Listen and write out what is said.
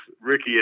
Ricky